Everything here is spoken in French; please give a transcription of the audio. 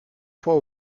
fois